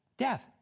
Death